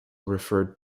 referred